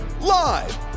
live